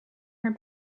her